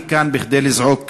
אני כאן כדי לזעוק